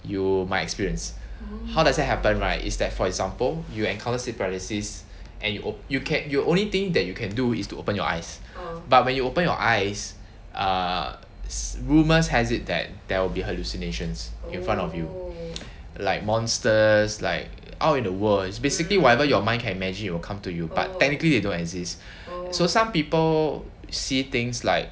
you might experience how does that happen right is that for example you encounter sleep paralysis and you you can you only thing that you can do is to open your eyes but when you open your eyes err rumours has it that there will be hallucinations in front of you like monsters like out in the world is basically whatever your mind can imagine you will come to you but technically they don't exist so some people see things like